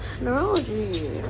neurology